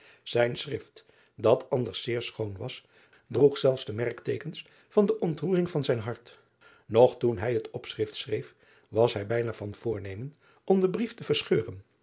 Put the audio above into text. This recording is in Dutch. ijn schrift dat anders zeer schoon was droeg zelfs de merkteekens van de ontroering van zijn hart og toen hij het driaan oosjes zn et leven van aurits ijnslager opschrift schreef was hij bijna van voornemen om den brief te verscheuren